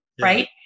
right